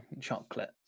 chocolate